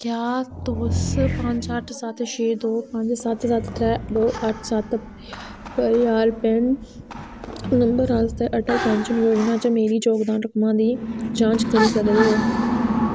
क्या तुस पंज अट्ठ सत्त छे दो पंज सत्त सत्त त्रै दो अट्ठ सत्त P R A N number आस्तै अटल पैन्शन योजना च मेरी जोगदान रकमा दी जांच करी सकदे ओ